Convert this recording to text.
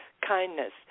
kindness